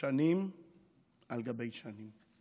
שנים על גבי שנים,